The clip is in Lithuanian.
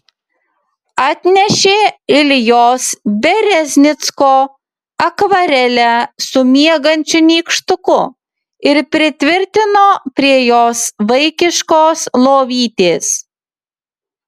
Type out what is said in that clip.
atnešė iljos bereznicko akvarelę su miegančiu nykštuku ir pritvirtino prie jos vaikiškos lovytės